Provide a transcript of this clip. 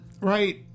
Right